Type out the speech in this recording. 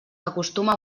acostuma